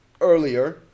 Earlier